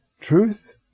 Truth